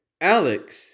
Alex